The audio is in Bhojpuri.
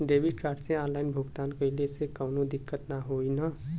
डेबिट कार्ड से ऑनलाइन भुगतान कइले से काउनो दिक्कत ना होई न?